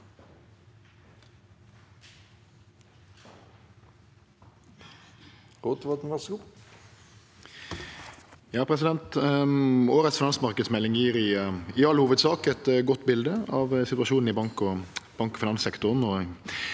Årets finans- marknadsmelding gjev i all hovudsak eit godt bilde av situasjonen i bank- og finanssektoren